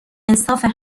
انصافه